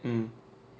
mm